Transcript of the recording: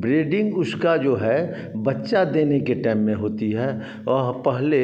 breeding उसका जो है बच्चा देने के टाइम में होती है वह पहले